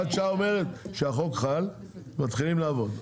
הוראת שעה אומרת שהחוק חל מתחילים לעבוד.